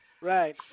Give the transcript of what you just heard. Right